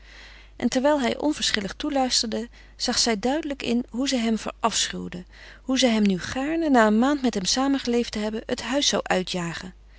en terwijl hij onverschillig toeluisterde zag zij duidelijk in hoe zij hem verafschuwde hoe zij hem nu gaarne na een maand met hem samen geleefd te hebben het huis zou uitjagen